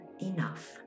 enough